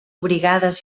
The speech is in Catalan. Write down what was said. brigades